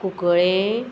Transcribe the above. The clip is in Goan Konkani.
कुंकळे